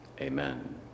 Amen